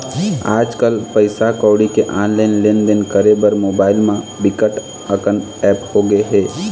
आजकल पइसा कउड़ी के ऑनलाईन लेनदेन करे बर मोबाईल म बिकट अकन ऐप होगे हे